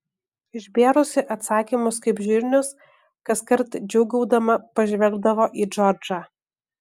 išbėrusi atsakymus kaip žirnius kaskart džiūgaudama pažvelgdavo į džordžą